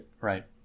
Right